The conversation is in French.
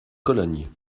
cologne